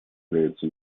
является